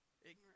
ignorant